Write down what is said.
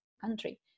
country